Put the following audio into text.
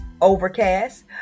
Overcast